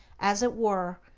as it were,